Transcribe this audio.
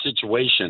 situation